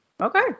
okay